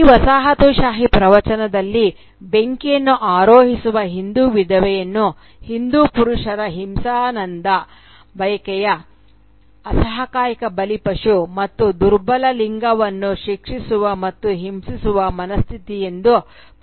ಈ ವಸಾಹತುಶಾಹಿ ಪ್ರವಚನದಲ್ಲಿ ಬೆಂಕಿಯನ್ನು ಆರೋಹಿಸುವ ಹಿಂದೂ ವಿಧವೆಯನ್ನು ಹಿಂದೂ ಪುರುಷರ ಹಿಂಸಾನಂದ ಬಯಕೆಯ ಅಸಹಾಯಕ ಬಲಿಪಶು ಮತ್ತು ದುರ್ಬಲ ಲಿಂಗವನ್ನು ಶಿಕ್ಷಿಸುವ ಮತ್ತು ಹಿಂಸಿಸುವ ಮನಸ್ಥಿತಿ ಎಂದು ಪ್ರಸ್ತುತಪಡಿಸಲಾಗಿದೆ